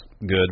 good